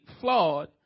flawed